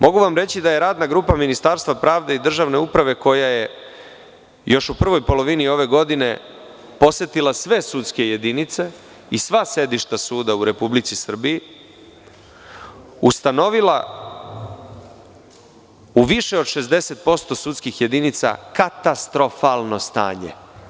Mogu vam reći da je radna grupa Ministarstva pravde i Državne uprave koja je još u prvoj polovini ove godine posetila sve sudske jedinice i sva sedišta suda u Republici Srbiji, ustanovila u više od 60% sudskih jedinica katastrofalno stanje.